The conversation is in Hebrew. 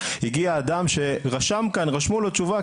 הגיע אדם שרשמו לו תשובה,